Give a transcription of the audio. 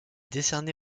décerné